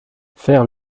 faire